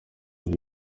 ibyo